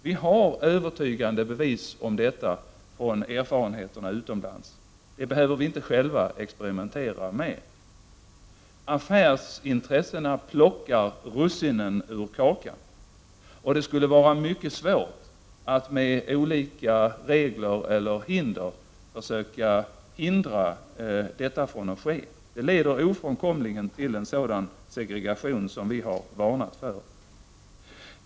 Vi har övertygande bevis på detta från erfarenheterna utomlands. Det behöver vi inte själva experimentera med. Affärsintressena plockar russinen ur kakan, och det skulle vara mycket svårt att med olika regler försöka hindra detta från att ske. Det leder ofrånkomligen till en sådan segregation som vi har varnat för.